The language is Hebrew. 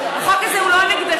החוק הזה הוא לא נגדך,